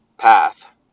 path